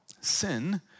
sin